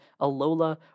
Alola